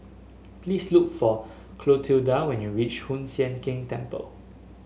please look for Clotilda when you reach Hoon Sian Keng Temple